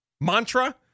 mantra